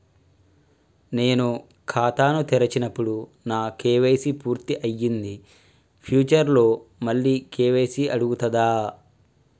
నేను ఖాతాను తెరిచినప్పుడు నా కే.వై.సీ పూర్తి అయ్యింది ఫ్యూచర్ లో మళ్ళీ కే.వై.సీ అడుగుతదా?